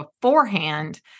beforehand